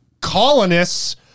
colonists